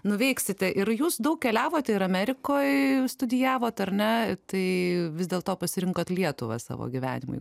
nuveiksite ir jūs daug keliavote ir amerikoj studijavot ar ne tai vis dėl to pasirinkot lietuvą savo gyvenimui